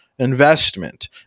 investment